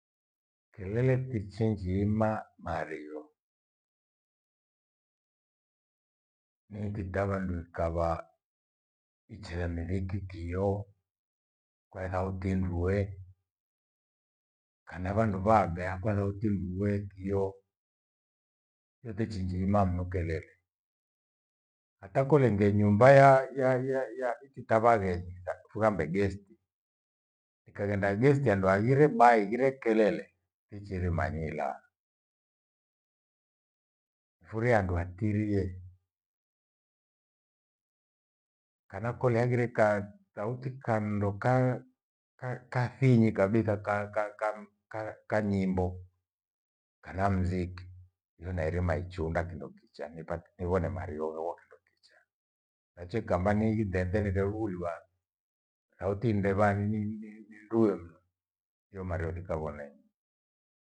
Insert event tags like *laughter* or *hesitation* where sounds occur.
Kelele tichinjiima mario, ni iti ta vandu ikawa ichea niriki kio kwa thauti ndue, kana vandu va vea kwa utindue kio utichiinjima mno kelele. Ata kolenge nyumba ya-ya iki ta vaghenyi kuvambe gesti. Ikaghenda gesti wandu hangire mai haghire kelele ichirima nywi ilaa. Mfurie handu atirie kana kole aghire kasauti kando ka- kathinyi kabitha *hesitation* ka-ka-ka nyimbo kana mziki hiyo nairima ichunda kindo kichaa nipate nivone marioo hewo kindo kichaa. Nachoikamba nighithende dende huluwa au tinde vani ni-ni nduyo mno hiyo mario thikavonenyi